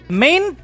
main